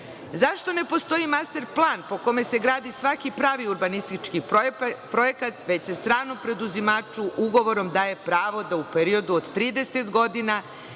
Zašto ne postoji master plan po kome se gradi svaki pravi urbanistički projekat već se sramno preduzimaču ugovorom daje pravo da u periodu od 30 godina